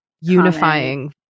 unifying